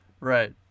Right